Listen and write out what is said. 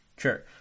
Sure